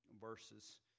verses